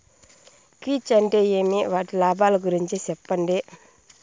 కీచ్ అంటే ఏమి? వాటి లాభాలు గురించి సెప్పండి?